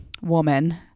woman